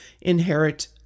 inherit